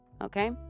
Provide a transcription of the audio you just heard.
Okay